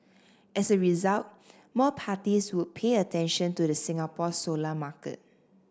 as a result more parties would pay attention to the Singapore solar market